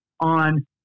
on